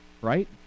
right